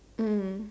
mm